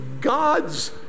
God's